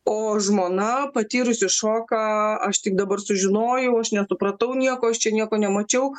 o žmona patyrusi šoką aš tik dabar sužinojau aš nesupratau nieko aš čia nieko nemačiau